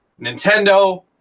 Nintendo